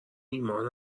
ایمان